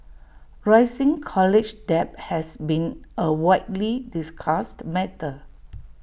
rising college debt has been A widely discussed matter